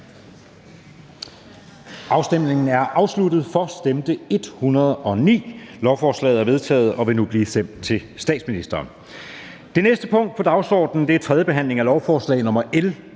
hverken for eller imod stemte 0. Lovforslaget er vedtaget og vil nu blive sendt til statsministeren. --- Det næste punkt på dagsordenen er: 16) 3. behandling af lovforslag nr.